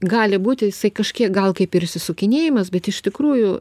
gali būti jisai kažkiek gal kaip ir išsisukinėjimas bet iš tikrųjų